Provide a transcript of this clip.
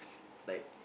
like